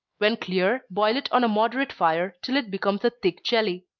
when clear, boil it on a moderate fire, till it becomes a thick jelly.